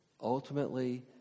ultimately